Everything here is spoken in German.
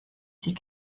sie